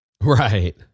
Right